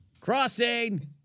Crossing